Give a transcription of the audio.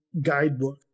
guidebook